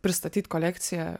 pristatyt kolekciją